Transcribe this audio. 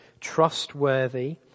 trustworthy